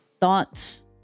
thoughts